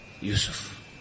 Yusuf